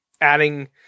adding –